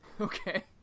Okay